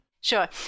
Sure